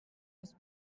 els